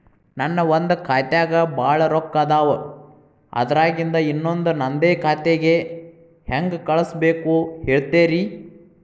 ನನ್ ಒಂದ್ ಖಾತ್ಯಾಗ್ ಭಾಳ್ ರೊಕ್ಕ ಅದಾವ, ಅದ್ರಾಗಿಂದ ಇನ್ನೊಂದ್ ನಂದೇ ಖಾತೆಗೆ ಹೆಂಗ್ ಕಳ್ಸ್ ಬೇಕು ಹೇಳ್ತೇರಿ?